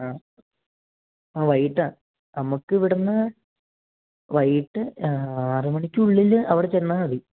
ആ വൈകിട്ടാ നമുക്ക് ഇവിടുന്ന് വൈകിട്ട് ആറുമണിക്കുള്ളിൽ അവിടെ ചെന്നാൽ മതി